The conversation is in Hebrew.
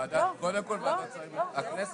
מאוטיסטים ואוטיסטיות שמדברים על העובדה